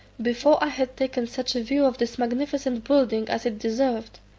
before i had taken such a view of this magnificent building as it deserved,